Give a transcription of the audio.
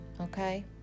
okay